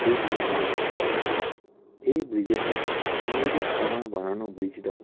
সেই ব্রিজটি হচ্ছে হাওড়া ব্রিজ এই ব্রিজেতে ইংরেজের সময় বানানো ব্রিজটাও